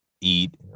eat